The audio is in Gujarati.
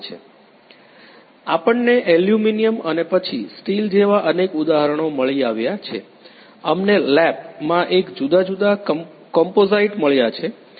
vlcsnap 2019 04 26 23h35m49s266 આપણને એલ્યુમિનિયમ અને પછી સ્ટીલ જેવા અનેક ઉદાહરણો મળી આવ્યા છે અમને LAP માં એક જુદા જુદા કોમ્પોસાઈટ્સ મળ્યાં છે સંદર્ભ લો